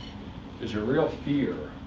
there's a real fear,